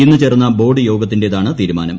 ഇന്ന് ചേർന്ന ബോർഡ് യോഗത്തിന്റേതാണ് തീരുമാനം